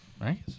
Right